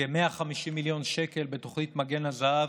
כ-150 מיליון שקל בתוכנית מגן לזהב.